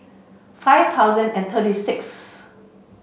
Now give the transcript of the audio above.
five thousand and thirty sixth